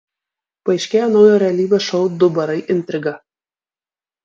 paaiškėjo naujo realybės šou du barai intriga